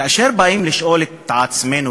כאשר באים לשאול את עצמנו: